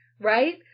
Right